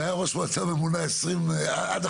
והיה ראש מועצה ממונה עד עכשיו,